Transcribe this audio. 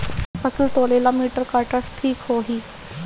फसल तौले ला मिटर काटा ठिक होही?